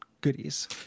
goodies